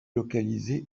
localisée